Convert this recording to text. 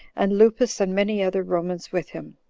and lupus and many other romans with him.